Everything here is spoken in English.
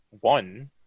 One